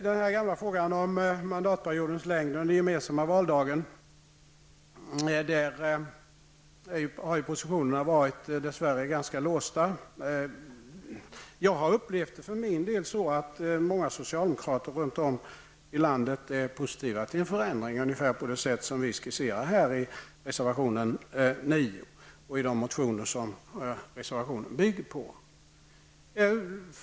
I den gamla frågan om mandatperiodens längd och den gemensamma valdagen har positionerna dess värre varit ganska låsta. Jag har upplevt det för min del så att många socialdemokrater runt om i landet är positiva till en förändring, ungefär på det sätt som vi skisserar i reservation 9 och i de motioner som reservationen bygger på.